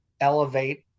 elevate